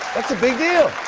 that's a big deal.